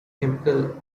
chemical